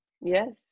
Yes